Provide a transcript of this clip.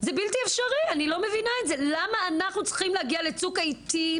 זה לא נאמר באף תגובה של העירייה לאף פנייה פנימית.